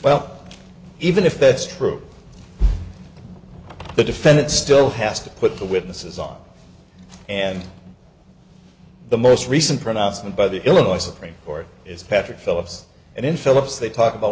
well even if that's true the defendant still has to put the witnesses on and the most recent pronouncement by the illinois supreme court is patrick philips and in philips they talk about